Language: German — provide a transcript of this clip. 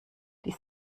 die